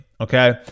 Okay